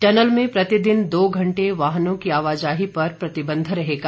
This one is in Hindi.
टनल में प्रतिदिन दो घंटे वाहनों की आवाजाही पर प्रतिबंध रहेगा